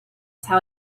tell